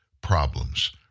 problems